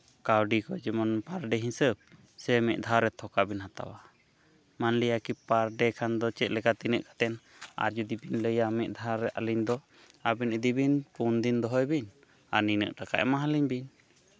ᱠᱟᱹᱣᱰᱤ ᱠᱚ ᱡᱮᱢᱚᱱ ᱯᱟᱨ ᱰᱮ ᱦᱤᱥᱟᱹᱵ ᱥᱮ ᱢᱤᱫ ᱫᱷᱟᱣ ᱨᱮ ᱛᱷᱚᱠᱟ ᱵᱤᱱ ᱦᱟᱛᱟᱣᱟ ᱢᱟᱱ ᱞᱤᱭᱟ ᱠᱤ ᱯᱟᱨ ᱰᱮ ᱠᱷᱟᱱ ᱫᱚ ᱪᱮᱫ ᱞᱮᱠᱟ ᱛᱤᱱᱟᱹᱜ ᱠᱟᱛᱮᱫ ᱟᱨ ᱡᱩᱫᱤ ᱵᱤᱱ ᱞᱟᱹᱭᱟ ᱢᱤᱫ ᱫᱷᱟᱣ ᱨᱮ ᱟᱹᱞᱤᱧ ᱫᱚ ᱟᱹᱵᱤᱱ ᱤᱫᱤ ᱵᱤᱱ ᱯᱩᱱ ᱫᱤᱱ ᱫᱚᱦᱚᱭ ᱵᱤᱱ ᱟᱨ ᱱᱤᱱᱟᱹᱜ ᱴᱟᱠᱟ ᱮᱢᱟ ᱟᱹᱞᱤᱧ ᱵᱤᱱ